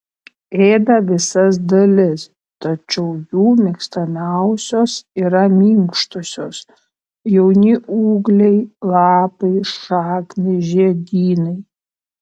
ėda visas dalis tačiau jų mėgstamiausios yra minkštosios jauni ūgliai lapai šaknys žiedynai